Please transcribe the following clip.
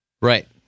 Right